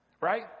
Right